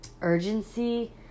urgency